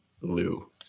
Lou